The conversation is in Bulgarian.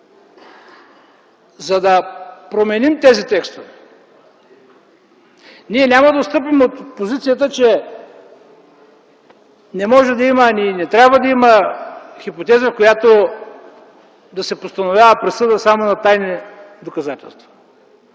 за да променим тези текстове. Ние няма да отстъпим от позицията, че не може да има, и не трябва да има хипотеза, в която да се постановява присъда само на тайни доказателства.